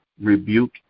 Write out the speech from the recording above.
rebuke